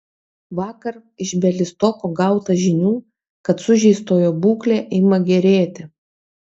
vakar iš bialystoko gauta žinių kad sužeistojo būklė ima gerėti